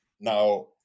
Now